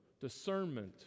discernment